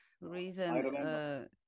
reason